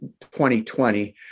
2020